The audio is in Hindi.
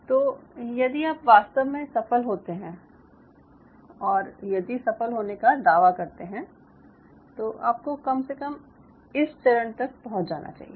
तो यदि आप वास्तव में सफल होते हैं और यदि सफल होने का दावा करते हैं तो आपको कम से कम इस चरण तक पहुंच जाना चाहिए